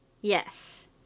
Yes